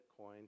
Bitcoin